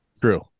True